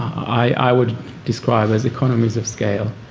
i would describe as economies of scale.